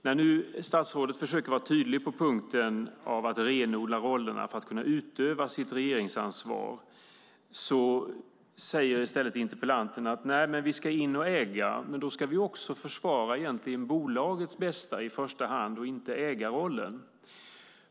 När nu statsrådet försöker vara tydlig om att renodla rollerna för att kunna utöva sitt regeringsansvar säger i stället interpellanten: Nej, vi ska in och äga, men då ska vi egentligen försvara bolagets bästa i första hand och inte ägarrollen.